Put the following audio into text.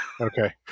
Okay